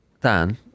Dan